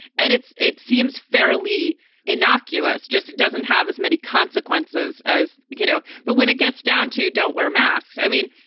and it's it seems fairly innocuous, just doesn't have as many consequences as you know. but when it gets down to don't wear masks, i mean,